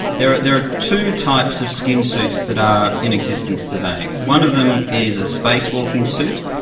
there are there are two types of skin-suits that are in existence today. one of them is a space walking suit,